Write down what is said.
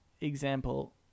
example